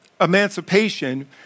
emancipation